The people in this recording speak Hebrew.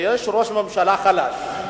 יש ראש ממשלה חלש,